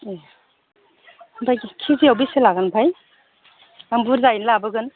ए ओमफ्राय केजिआव बेसे लागोनथाय आं बुरजायैनो लाबोगोन